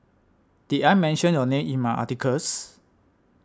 did I mention your name in my articles